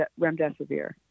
remdesivir